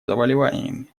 заболеваниями